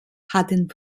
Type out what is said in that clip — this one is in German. hatten